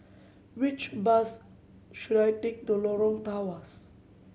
which bus should I take to Lorong Tawas